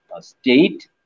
state